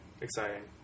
exciting